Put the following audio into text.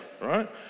right